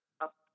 up